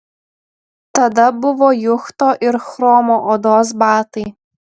tada buvo juchto ir chromo odos batai